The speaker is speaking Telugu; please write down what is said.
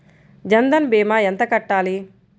జన్ధన్ భీమా ఎంత కట్టాలి?